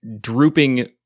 drooping